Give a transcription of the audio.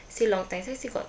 still long time so still got